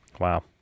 Wow